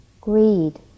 greed